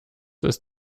ist